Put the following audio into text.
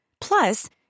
Plus